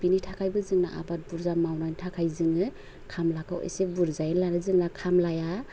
बिनि थाखायबो जोंना आबाद बुरजा मावनायनि थाखाय जोङो खामलाखौ एसे बुरजायैनो लानाय जोंहा खामलाया